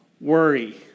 worry